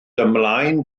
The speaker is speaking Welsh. ymlaen